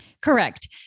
Correct